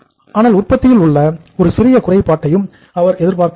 ஆனால் உற்பத்தியில் உள்ள எந்த ஒரு சிறிய குறைபாட்டையும் அவர் எதிர்பார்க்கவில்லை